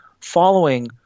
following